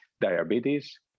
diabetes